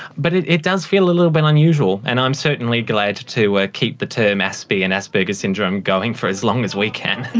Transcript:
but it it does feel a little bit unusual, and i'm certainly glad to to ah keep the term aspie and asperger's syndrome going for as long as we can.